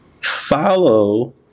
Follow